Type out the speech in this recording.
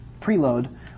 preload